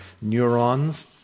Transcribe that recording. neurons